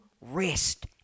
rest